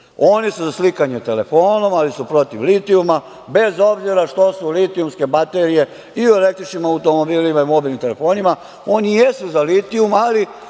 Oni su za slikanje telefonom, ali su protiv litijuma bez obzira što su litijumske baterije i u električnim automobilima i u mobilnim telefonima. Oni jesu za litijum, ali